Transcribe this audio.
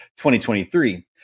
2023